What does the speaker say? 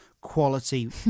quality